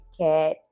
cat